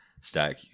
stack